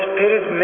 Spirit